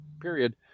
period